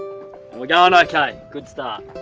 we're going okay, good start.